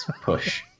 push